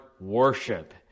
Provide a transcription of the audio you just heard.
worship